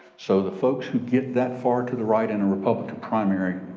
so the folks who get that far to the right in a republican primary,